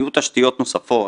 יהיו תשתיות נוספות,